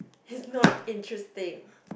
it's not interesting